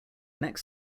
next